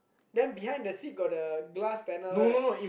then behind the seat got the glass panel right